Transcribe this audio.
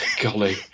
Golly